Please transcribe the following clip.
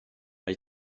mae